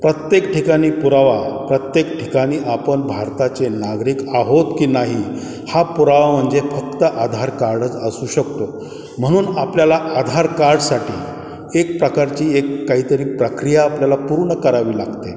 प्रत्येक ठिकाणी पुरावा प्रत्येक ठिकाणी आपण भारताचे नागरिक आहोत की नाही हा पुरावा म्हणजे फक्त आधार कार्डच असू शकतो म्हणून आपल्याला आधार कार्डसाठी एक प्रकारची एक काहीतरी प्रक्रिया आपल्याला पूर्ण करावी लागते